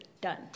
done